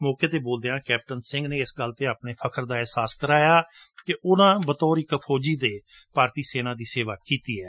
ਮੌਕੇ ਤੇ ਬੋਲਦਿਆਂ ਕੈਪਟਨ ਅਮਰਿੰਦਰ ਸਿੰਘ ਨੇ ਇਸ ਗੋਲ ਤੇ ਆਪਣੇ ਫਖਰ ਦਾ ਏਹਸਾਸ ਜਤਾਇਆ ਕਿ ਉਨੁਾਂ ਬਤੌਰ ਇੱਕ ਫੋਜੀ ਭਾਰਤੀ ਸੇਨਾ ਦੀ ਸੇਵਾ ਕੀਤੀ ਹੈ